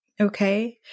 Okay